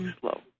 slow